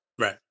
Right